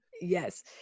Yes